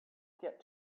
get